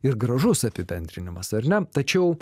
ir gražus apibendrinimas ar ne tačiau